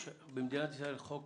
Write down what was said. יש במדינת ישראל חוק